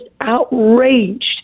outraged